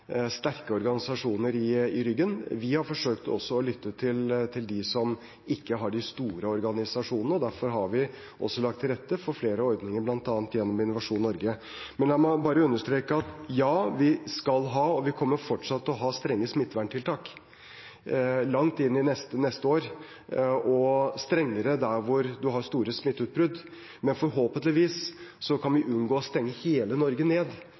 sterke organisasjoner i ryggen. Vi har også forsøkt å lytte til dem som ikke har de store organisasjonene, derfor har vi lagt til rette for flere ordninger, bl.a. gjennom Innovasjon Norge. Men la meg må bare understreke at ja, vi skal ha, og vi kommer fortsatt til å ha, strenge smitteverntiltak langt inn i neste år, og strengere der man har store smitteutbrudd. Men forhåpentligvis kan vi unngå å stenge hele Norge ned,